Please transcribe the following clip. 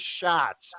shots